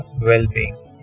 well-being